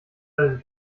alles